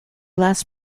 last